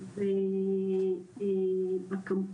באמת